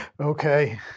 Okay